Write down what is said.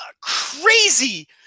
crazy